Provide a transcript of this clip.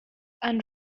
and